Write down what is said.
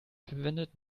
verwendet